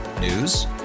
News